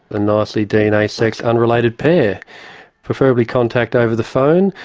a nicely dna sexed unrelated pair preferably contact over the phone.